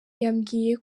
yabwiye